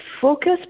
focus